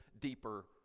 deeper